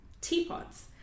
teapots